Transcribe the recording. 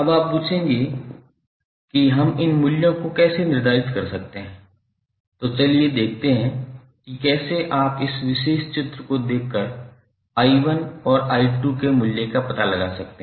अब आप पूछेंगे कि हम इन मूल्यों को कैसे निर्धारित कर सकते हैं तो चलिए देखते हैं कि कैसे आप इस विशेष चित्र को देखकर i1 और i2 के मूल्य का पता लगा सकते हैं